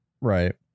Right